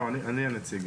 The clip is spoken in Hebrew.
אני הנציג.